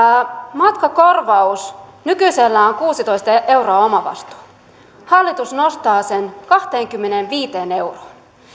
matkakorvauksessa nykyisellään on kuusitoista euroa omavastuu hallitus nostaa sen kahteenkymmeneenviiteen euroon